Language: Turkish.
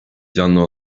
canlı